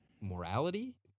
Morality